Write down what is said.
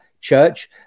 Church